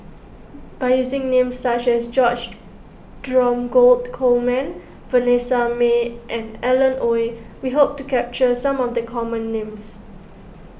by using names such as George Dromgold Coleman Vanessa Mae and Alan Oei we hope to capture some of the common names